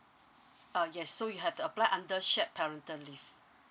ah yes so you have to apply under shared parental leave